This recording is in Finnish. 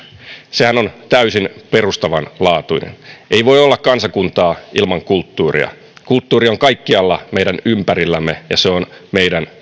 sehän on täysin perustavanlaatuinen ei voi olla kansakuntaa ilman kulttuuria kulttuuri on kaikkialla meidän ympärillämme ja se on meidän